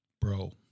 Bro